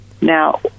Now